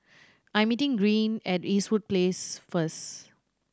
I'm meeting Greene at Eastwood Place first